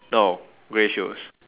no grey shoes